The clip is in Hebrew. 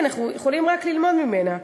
אנחנו יכולים רק ללמוד ממנה.